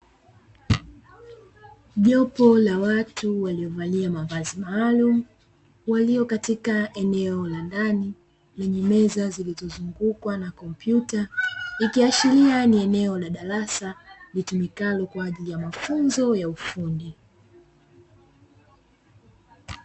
Jopo la watu waliovalia mavazi maalumu walio katika eneo la ndani lenye meza zilizozungukwa na kompyuta, ikiashiria ni eneo la darasa litumikalo kwa ajili ya mafunzo ya ufundi.